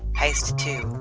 heist two.